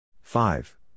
Five